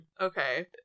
Okay